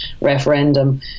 referendum